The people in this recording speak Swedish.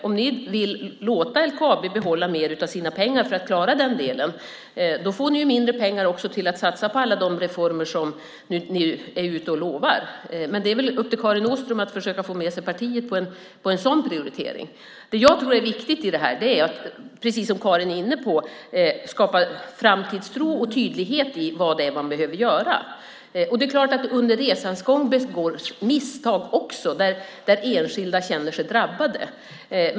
Om ni vill låta LKAB behålla mer av sina pengar för att klara den delen får ni mindre pengar till att satsa på alla de reformer ni utlovar. Det är upp till Karin Åström att försöka få med sig partiet på en sådan prioritering. Det jag tror är viktigt är precis det som Karin var inne på om att skapa framtidstro och tydlighet om vad man behöver göra. Det är klart att det under resans gång också begås misstag där enskilda känner sig drabbade.